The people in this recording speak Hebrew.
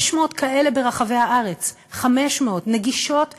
500 כאלה ברחבי הארץ, 500, נגישות גם,